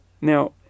Now